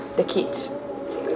the kids